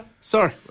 Sorry